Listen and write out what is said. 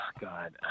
God